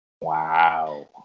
Wow